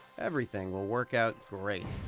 everything will work out great.